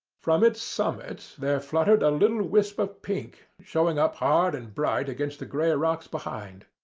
from its summit there fluttered a little wisp of pink, showing up hard and bright against the grey rocks behind.